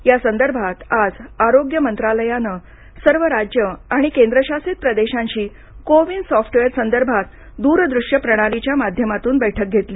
या संदर्भात आज आरोग्य मंत्रालयानं सर्व राज्यं आणि केंद्रशासित प्रदेशांशी को विन सॉफ्टवेअर संदर्भात द्रदृश्य प्रणालीच्या माध्यमातून बैठक घेतली